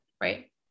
Right